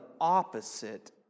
opposite